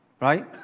right